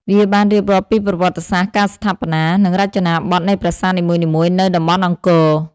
វាបានរៀបរាប់ពីប្រវត្តិសាស្ត្រ ការស្ថាបនា និងរចនាបថនៃប្រាសាទនីមួយៗនៅតំបន់អង្គរ។